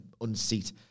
unseat